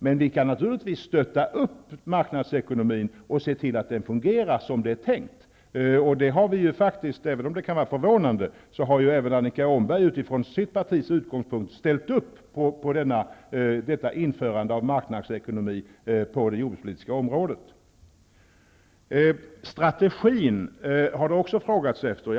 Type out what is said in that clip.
Men vi kan naturligtvis stötta upp marknadsekonomin och se till att den fungerar som det är tänkt. Även om det kan vara förvånande har även Annika Åhnberg från sitt partis utgångspunkt ställt upp på detta införande av marknadsekonomi på det jordbrukspolitiska området. Det har också frågats efter strategin.